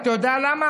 אתה יודע למה?